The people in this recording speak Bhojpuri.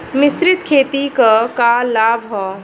मिश्रित खेती क का लाभ ह?